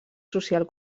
social